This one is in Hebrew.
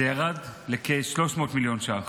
זה ירד לכ-300 מיליון שקלים.